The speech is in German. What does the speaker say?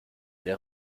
der